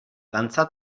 dantza